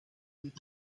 met